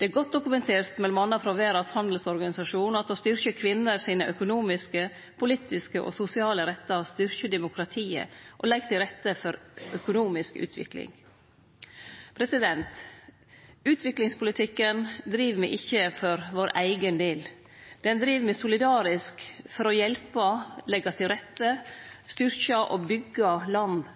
Det er godt dokumentert, m.a. frå Verdas handelsorganisasjon, at å styrkje kvinner sine økonomiske, politiske og sosiale rettar styrkjer demokratiet og legg til rette for økonomisk utvikling. Utviklingspolitikken driv me ikkje for vår eigen del. Den driv me solidarisk for å hjelpe, leggje til rette, styrkje og byggje land